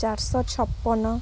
ଚାରି ଶହ ଛପନ